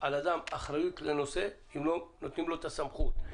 על אדם אחריות לנושא, אם לא נותנים לו את הסמכות.